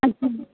अच्छा